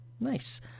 nice